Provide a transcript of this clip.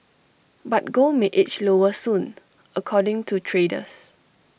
but gold may edge lower soon according to traders